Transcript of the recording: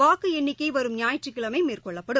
வாக்குஎண்ணிக்கைவரும் ஞாயிற்றுக்கிழமைமேற்கொள்ளப்படும்